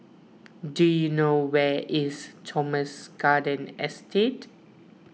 do you know where is Thomson Garden Estate